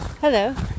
Hello